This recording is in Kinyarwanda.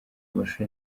amashusho